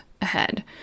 ahead